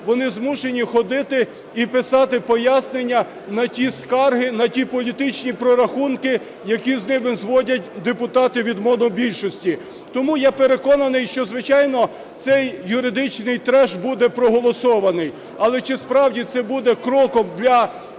вони змушені ходити і писати пояснення на ті скарги, на ті політичні прорахунки, які з ними зводять депутати від монобільшості. Тому я переконаний, що, звичайно, цей юридичний треш буде проголосований. Але чи справді це буде кроком для підняття